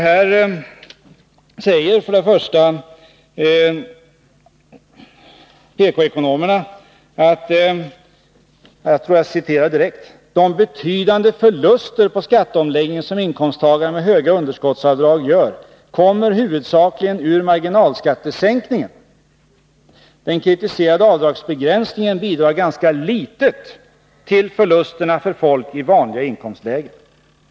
Här säger PK-ekonomerna: De betydande förluster på skatteomläggningen som inkomsttagare med höga underskottsavdrag gör kommer huvudsakligen ur marginalskattesänkningen. Den kritiserade avdragsbegränsningen bidrar ganska litet till förlusterna för folk i vanliga inkomstlägen.